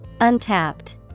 Untapped